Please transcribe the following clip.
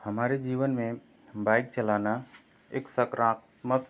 हमारे जीवन में बाइक चलाना एक सकारात्मक